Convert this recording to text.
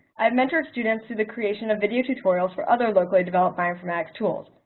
i have mentored students through the creation of video tutorials for other locally developed bioinformatics tools.